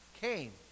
came